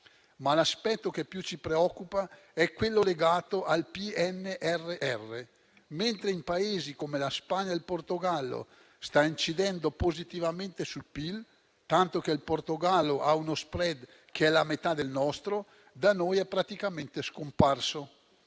L'aspetto che più ci preoccupa è quello legato al PNRR: mentre in Paesi come la Spagna e il Portogallo sta incidendo positivamente sul PIL, tanto che il Portogallo ha uno *spread* che è la metà del nostro, da noi è praticamente scomparso.